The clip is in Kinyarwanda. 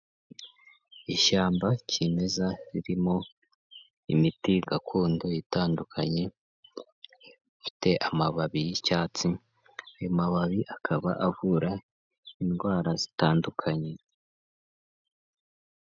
Ishyamba kimeza, ririmo imiti gakondo itandukanye, ifite amababi y'icyatsi, ayo mababi akaba avura indwara zitandukanye.